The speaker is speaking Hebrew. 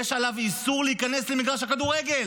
יש עליו איסור להיכנס למגרש הכדורגל,